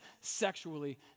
sexually